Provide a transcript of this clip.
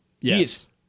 Yes